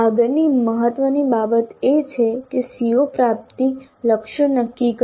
આગળની મહત્ત્વની બાબત એ છે કે CO પ્રાપ્તિ લક્ષ્યો નક્કી કરવા